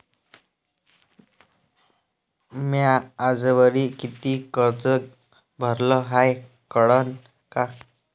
म्या आजवरी कितीक कर्ज भरलं हाय कळन का?